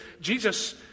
Jesus